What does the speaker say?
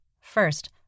First